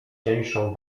cieńszą